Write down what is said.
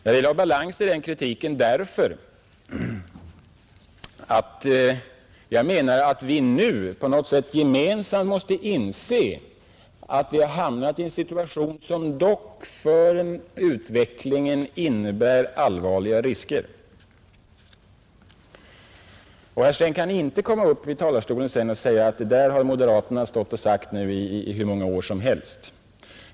Jag vill ha balans i kritiken därför att jag menar att vi nu på något sätt gemensamt måste inse att vi har hamnat i en situation som innebär allvarliga risker för utvecklingen. Herr Sträng skall inte sedan komma upp i talarstolen och säga att moderaterna har stått och framfört dessa synpunkter i hur många år som helst.